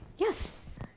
Yes